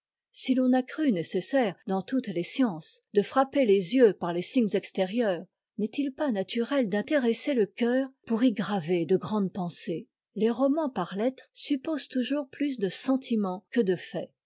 si l'on a cru nécessaire dans toutes les sciences de frapper les yeux par les signes extérieurs n'est-il pas naturel d'intéresser le cœur pour y graver de grandes pensées les romans par lettres supposent toujours plus de sentiments que de faits